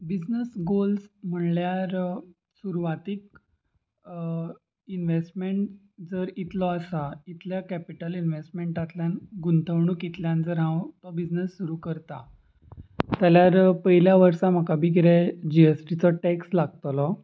business goals म्हणल्यार सुरवातीक investment जर इतलो आसा इतल्या कॅपिटल इनवेस्टमेंटांतल्यान गुंतवणुकींतल्यान जर हांव तो बिजनेस सुरू करता जाल्यार पयल्या वर्सा म्हाका बी कितें जी एस टीचो टॅक्स लागतलो